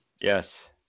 yes